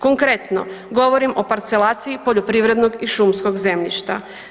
Konkretno, govorim o parcelaciji poljoprivrednog i šumskog zemljišta.